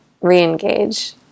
re-engage